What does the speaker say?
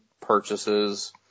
purchases